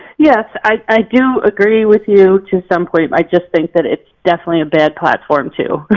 yes, i do agree with you to some point i just think that it's definitely a bad platform too. but